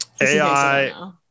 AI